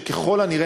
שככל הנראה,